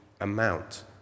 amount